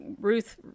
Ruth